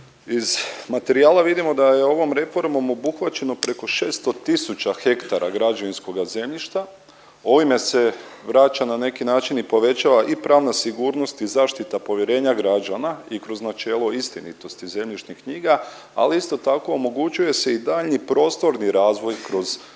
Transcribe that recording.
iz materijala vidimo da je ovom reformom obuhvaćeno preko 600 000 ha građevinskoga zemljišta. Ovime se vraća na neki način i povećava i pravna sigurnost i zaštita povjerenja građana i kroz načelo istinitosti zemljišnih knjiga, ali isto tako omogućuje se i daljnji prostorni razvoj kroz dodatne